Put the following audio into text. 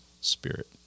spirit